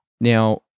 Now